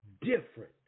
different